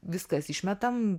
viskas išmetam